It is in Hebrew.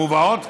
מובאות כאן,